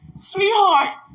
Sweetheart